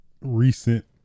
recent